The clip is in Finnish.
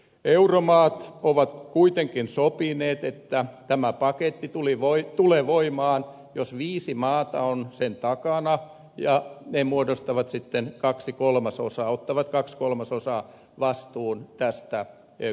euromaat ovat kuitenkin sopineet että tämä paketti tulee voimaan jos viisi maata on sen takana ja ne muodostavat sitten kaksi kolmasosaa ottavat kahden kolmasosan vastuun tästä kokonaispaketista